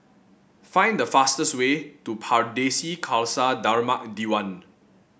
find the fastest way to Pardesi Khalsa Dharmak Diwan